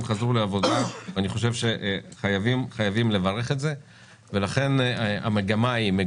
חזרו לעבודה ואני חושב שחייבים חייבים לברך על זה ולכן המגמה היא,